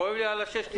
כואב לי על ה-6.90.